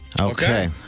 Okay